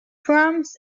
prams